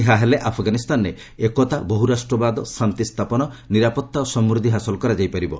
ଏହା ହେଲେ ଆଫ୍ଗାନିସ୍ତାନରେ ଏକତା ବହୁରାଷ୍ଟ୍ରବାଦ ଶାନ୍ତିସ୍ଥାପନ ନିରାପତ୍ତା ଓ ସମୃଦ୍ଧି ହାସଲ କରାଯାଇ ପାରିବ